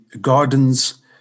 gardens